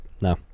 No